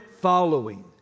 following